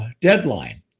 deadline